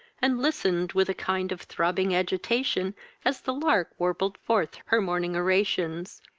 and listened with a kind of throbbing agitation as the lark warbled forth her morning oraisons,